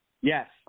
Yes